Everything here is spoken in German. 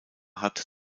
hat